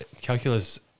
calculus